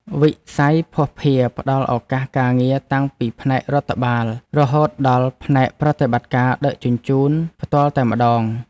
វិស័យភស្តុភារផ្តល់ឱកាសការងារតាំងពីផ្នែករដ្ឋបាលរហូតដល់ផ្នែកប្រតិបត្តិការដឹកជញ្ជូនផ្ទាល់តែម្តង។